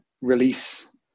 release